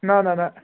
نہَ نہَ نہَ